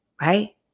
right